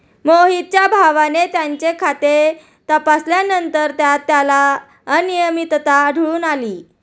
मोहितच्या भावाने त्याचे खाते तपासल्यानंतर त्यात त्याला अनियमितता आढळून आली